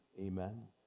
Amen